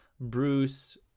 bruce